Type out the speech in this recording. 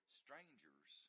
strangers